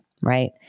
right